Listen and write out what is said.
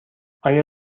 آیا